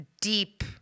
deep